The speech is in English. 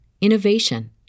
innovation